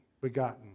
begotten